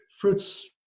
fruits